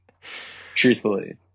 Truthfully